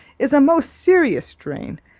is a most serious drain.